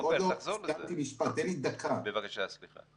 בבקשה, סליחה.